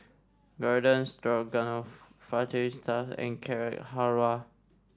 Garden Stroganoff Fajitas and Carrot Halwa